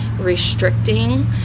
restricting